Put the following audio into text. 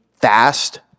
fast